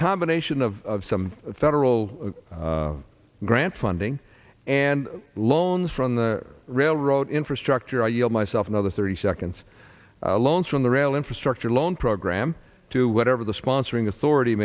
combination of some federal grant funding and loans from the railroad infrastructure i yell myself another thirty seconds loans from the rail infrastructure loan program to whatever the sponsoring authority